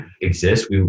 exist